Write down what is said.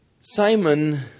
Simon